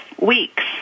weeks